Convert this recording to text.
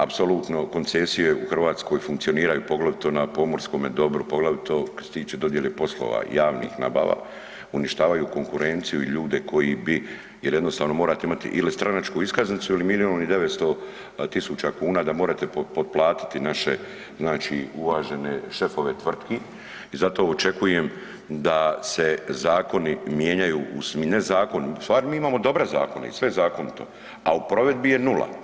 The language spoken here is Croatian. Apsolutno koncesije u Hrvatskoj funkcioniraju poglavito na pomorskom dobru, poglavito što se tiče dodijele poslova, javnih nabava, uništavaju konkurenciju i ljude koji bi jel jednostavno morate imati ili stranačku iskaznicu ili milijun i 900 tisuća kuna da morete potplatiti naše znači uvažene šefove tvrtki i zato očekujem da se zakoni mijenjaju u, ne zakoni, u stvari mi imamo dobre zakone i sve je zakonito, a u provedbi je nula.